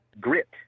Grit